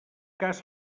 cas